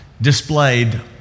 displayed